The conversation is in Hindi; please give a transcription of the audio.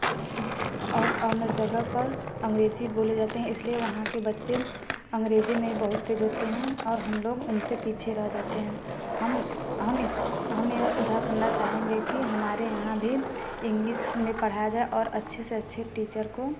और अन्य जगह पर अंग्रजी बोले जाते हैं इसलिए वहाँ के बच्चे अंग्रेजी में बहुत तेज़ होते हैं और हम लोग उनसे पीछे रह जाते हैं हम हम इस हमें यह सुधार करना चाहेंगे कि हमारे यहाँ भी इंग्लिस में पढ़ाया जाए और अच्छे से अच्छे टीचर को